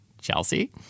Chelsea